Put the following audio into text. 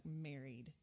married